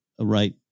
right